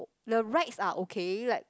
the rides are okay like